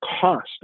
cost